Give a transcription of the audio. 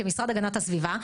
כמשרד הגנת הסביבה,